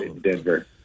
Denver